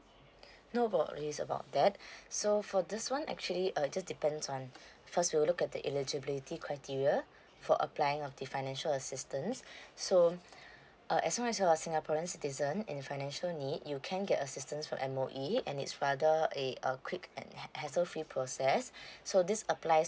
no worries about that so for this one actually uh just depends on first we'll look at the eligibility criteria for applying of the financial assistance so uh as long as you're a singaporean citizen in financial need you can get assistance from M_O_E and it's rather a a quick and ha~ hassle free process so this applies